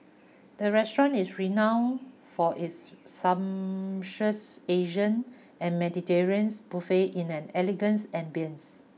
the restaurant is renowned for its sumptuous Asian and Mediterranean buffets in an elegance ambience